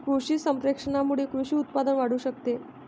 कृषी संप्रेषणामुळे कृषी उत्पादन वाढू शकते